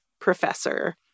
professor